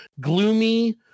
gloomy